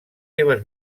seves